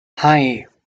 hei